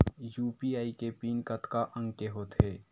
UPI के PIN कतका अंक के होथे?